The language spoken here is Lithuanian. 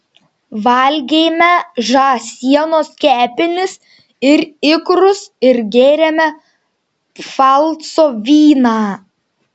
valgėme žąsienos kepenis ir ikrus ir gėrėme pfalco vyną